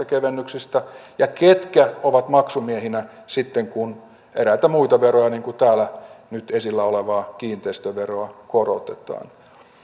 kevennyksistä ja ketkä ovat maksumiehinä sitten kun eräitä muita veroja niin kuin täällä nyt esillä olevaa kiinteistöveroa korotetaan